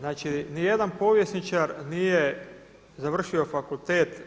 Znači ni jedan povjesničar nije završio fakultet